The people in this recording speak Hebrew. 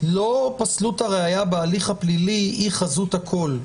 לא פסלות הראיה בהליך הפלילי היא חזות הכל.